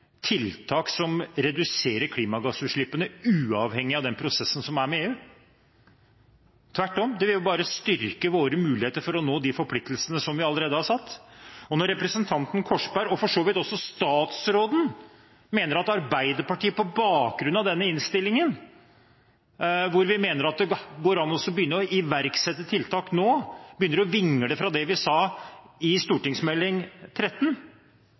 tiltak som reduserer klimagassutslippene uavhengig av den prosessen som er med EU – tvert om, det vil jo bare styrke våre muligheter for å oppfylle de forpliktelsene som vi allerede har. Og når representanten Korsberg, og for så vidt også statsråden, mener at Arbeiderpartiet på bakgrunn av denne innstillingen – vi mener at det går an å iverksette tiltak nå – begynner å vingle i forhold til det vi sa i forbindelse med behandlingen av Meld. St. 13